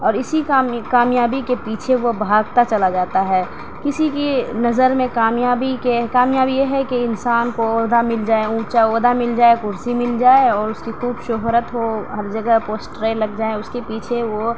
اور اسی کامیابی کے پیچھے وہ بھاگتا چلا جاتا ہے کسی کی نظر میں کامیابی کے کامیاب یہ ہے کہ انسان کو عہدہ مل جائے اونچا عہدہ مل جائے کرسی مل جائے اور اس کی خوب شہرت ہو ہر جگہ پوسٹریں لگ جائیں اس کے پیچھے وہ